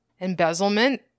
embezzlement